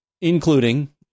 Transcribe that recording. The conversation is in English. including